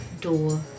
door